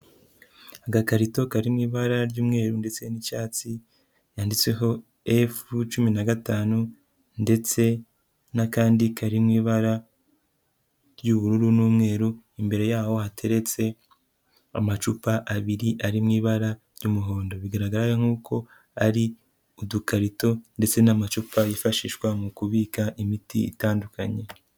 Agakarito kari mu ibara ry'umweru ndetse n'icyatsi kanditseho F cumi na gatanu ndetse n'akandi kari mu ibara ry'ubururu n'umweru, imbere yaho hateretse amacupa abiri ari mu ibara ry'umuhondo, bigaragara nk'uko ari udukarito ndetse n'amacupa yifashishwa mu kubika imiti itandukanye.